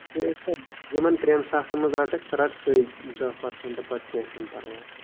یِمَن ترٛٮ۪ن ساسَن منٛز رَٹَکھ رَٹ ژٕے دَہ پٔرسَنٹ پَتہٕ کیٚنہہ چھُنہٕ پَرواے